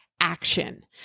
action